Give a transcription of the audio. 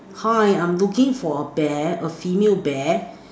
hi I'm looking for a bear a female bear